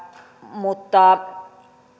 mutta